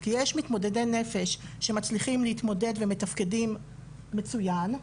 כי יש מתמודדי נפש שמצליחים להתמודד ומתפקדים מצוין,